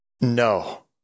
No